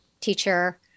teacher